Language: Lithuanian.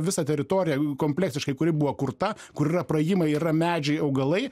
visą teritoriją kompleksiškai kuri buvo kurta kur yra praėjimai yra medžiai augalai